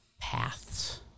Paths